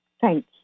Thank